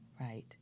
Right